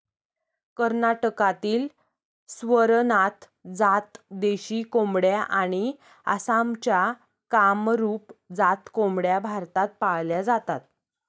कर्नाटकातील स्वरनाथ जात देशी कोंबड्या आणि आसामच्या कामरूप जात कोंबड्या भारतात पाळल्या जातात